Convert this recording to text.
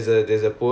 okay